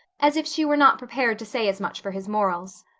as if she were not prepared to say as much for his morals.